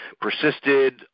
persisted